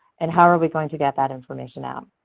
and how are we going to get that information out?